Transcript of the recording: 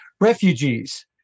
refugees